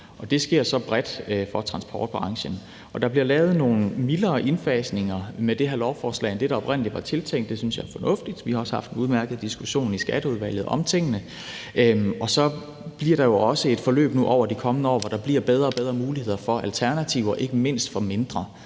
Det sker så bredt for transportbranchen. Der bliver lavet nogle mildere indfasninger med det her lovforslag end med det, der oprindelig var tiltænkt. Det synes jeg er fornuftigt. Vi har også haft en udmærket diskussion i Skatteudvalget om tingene. Og så bliver der jo også et forløb nu over de kommende år, hvor der bliver bedre og bedre muligheder for alternativer ikke mindst for mindre